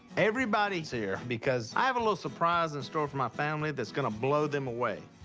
everybody's here because i have a little surprise in store for my family that's gonna blow them away.